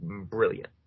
brilliant